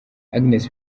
agnes